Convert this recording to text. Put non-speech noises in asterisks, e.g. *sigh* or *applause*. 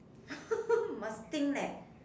*laughs* must think leh